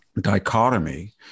dichotomy